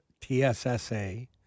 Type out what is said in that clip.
TSSA